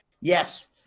Yes